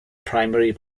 primary